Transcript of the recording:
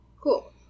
cool